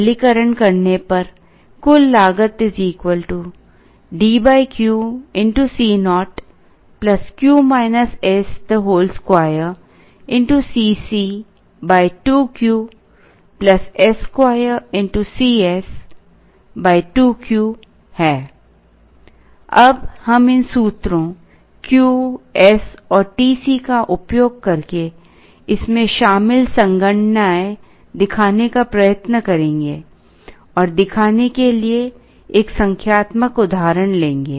सरलीकरण करने पर कुल लागत D QCo 2Cc 2Q s2 Cs 2Q अब हम इन सूत्रों Q S और TC का उपयोग करके इसमें शामिल संगणनाएँ दिखाने का प्रयत्न करेंगे और दिखाने के लिए एक संख्यात्मक उदाहरण लेंगे